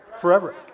Forever